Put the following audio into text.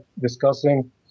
discussing